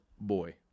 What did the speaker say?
boy